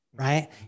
right